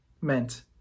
meant